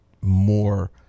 more